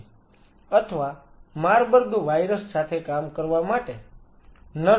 અથવા Marburg virus સાથે કામ કરવા માટે નરક